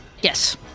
Yes